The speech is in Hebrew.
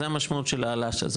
זו המשמעות.